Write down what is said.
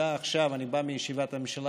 אני בא מישיבת הממשלה,